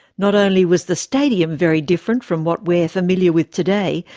not only was the stadium very different from what we're familiar with today,